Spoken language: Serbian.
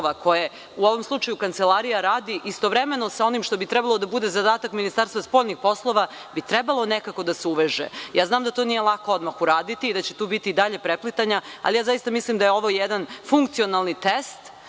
koje u ovom slučaju Kancelarija radi, istovremeno sa onim što bi trebalo da bude zadatak Ministarstva spoljnih poslova, bi trebalo nekako da se uveže. Znam da to nije lako odmah uraditi i da će tu biti i dalje preplitanja, ali zaista mislim da je ovo jedan funkcionalni test